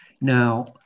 Now